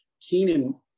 Keenan